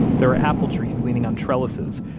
there are apple trees leaning on trellises,